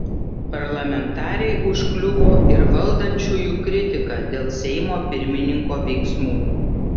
parlamentarei užkliuvo ir valdančiųjų kritika dėl seimo pirmininko veiksmų